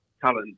talent